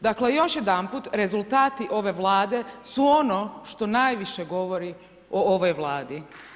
Dakle još jedanput rezultati ove Vlade su ono što najviše govori o ovoj Vladi.